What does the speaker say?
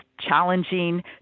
challenging